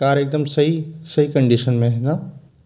car एकदम सही सही कंडीशन में है ना